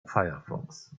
firefox